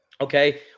Okay